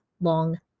long